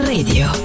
Radio